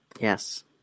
Yes